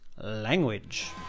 language